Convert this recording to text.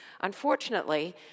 Unfortunately